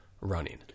running